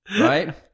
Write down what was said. right